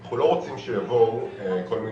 אנחנו לא רוצים שיבואו אנשים,